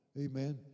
Amen